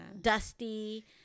dusty